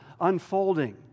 unfolding